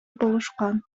болушкан